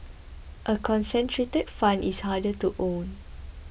a concentrated fund is harder to own